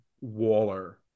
Waller